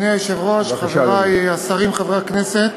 אדוני היושב-ראש, חברי השרים, חברי הכנסת,